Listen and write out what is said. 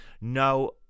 No